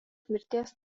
mirties